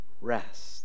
rest